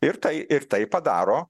ir tai ir tai padaro